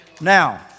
Now